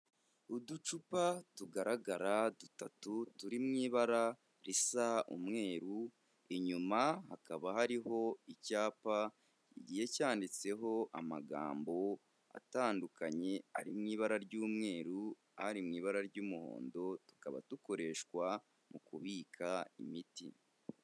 Uducupa tugaragara dutatu turi mu ibara risa umweru, inyuma hakaba hariho icyapa kigiye cyanyanditseho amagambo atandukanye, ari mu ibara ry'umweru, ari mu ibara ry'umuhondo, tukaba dukoreshwa mu kubika imiti.